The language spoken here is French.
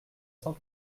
cent